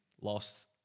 Lost